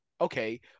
Okay